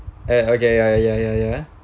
eh okay ya ya ya ya